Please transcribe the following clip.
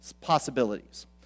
possibilities